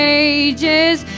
ages